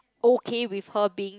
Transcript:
okay with her being